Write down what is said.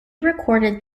recorded